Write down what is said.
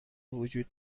وجود